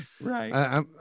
right